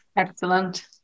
Excellent